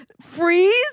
freeze